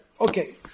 Okay